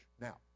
now